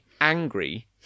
angry